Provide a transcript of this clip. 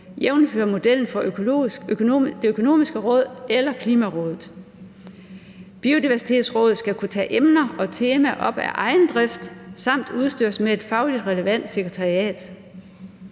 jævnfør modellen for Det Økonomiske Råd eller Klimarådet. Biodiversitetsrådet skal kunne tage emner og temaer op af egen drift samt udstyres med et fagligt relevant sekretariat.